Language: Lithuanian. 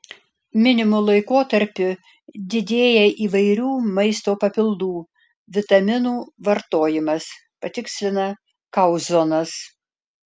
minimu laikotarpiu didėja įvairių maisto papildų vitaminų vartojimas patikslina kauzonas